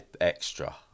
extra